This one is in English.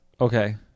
Okay